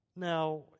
Now